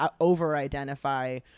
Over-identify